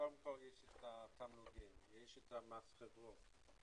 יש את התמלוגים ויש את מס החברות,